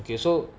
okay so